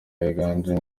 yiganjemo